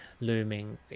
looming